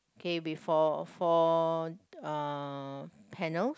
came before four uh panels